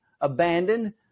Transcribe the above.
abandoned